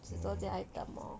十多件 item lor